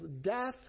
death